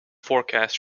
forecast